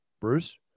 Bruce